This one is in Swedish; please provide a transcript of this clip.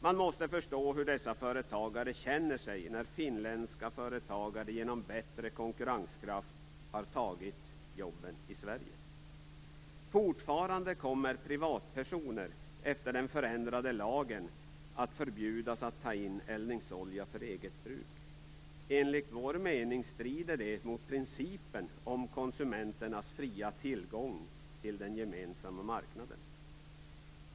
Man måste förstå hur dessa företagare har känt sig när finländska företagare genom bättre konkurrenskraft har tagit jobben i Sverige. Fortfarande efter den förändrade lagen kommer privatpersoner att förbjudas att ta in eldningsolja för eget bruk. Enligt vår mening strider det mot principen om konsumenternas fria tillgång till den gemensamma marknaden.